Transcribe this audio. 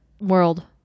world